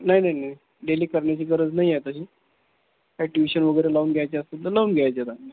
नाही नाही नाही डेली करण्याची गरज नाही आता ही काही ट्युशन वगैरे लावून घ्यायच्या असतील तर लावून घ्यायच्या आता